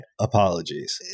apologies